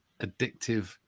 addictive